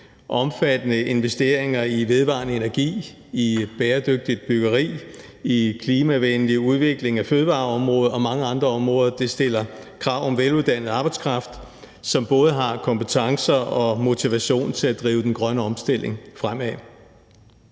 Omfattende investeringer i vedvarende energi, i bæredygtigt byggeri og i klimavenlig udvikling af fødevareområdet og mange andre områder stiller krav om veluddannet arbejdskraft, som både har kompetencer og motivation til at drive den grønne omstilling fremad.